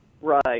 Right